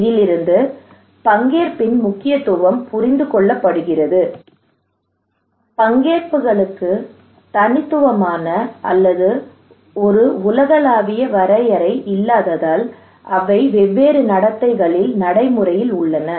இதிலிருந்து பங்கேற்பின் முக்கியத்துவம் புரிந்து கொள்ளப்படுகிறது பங்கேற்புகளுக்கு தனித்துவமான அல்லது ஒரு உலகளாவிய வரையறை இல்லாததால் அவை வெவ்வேறு நடத்தைகளில் நடைமுறையில் உள்ளன